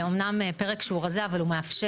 זה אמנם פרק שהוא רזה אבל הוא מאפשר,